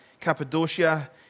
Cappadocia